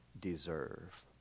deserve